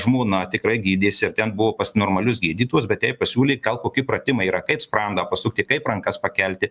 žmona tikrai gydėsi ir ten buvo pas normalius gydytojus bet jai pasiūlė gal koki pratimai yra kaip sprandą pasukti kaip rankas pakelti